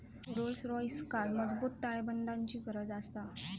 Rolls रॉइसका मजबूत ताळेबंदाची गरज आसा